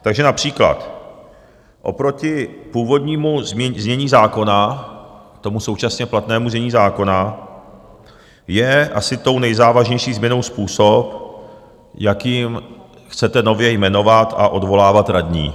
Takže například oproti původnímu znění zákona, k tomu současně platnému znění zákona, je asi tou nejzávažnější změnou způsob, jakým chcete nově jmenovat a odvolávat radní.